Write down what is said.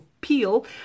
peel